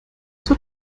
zur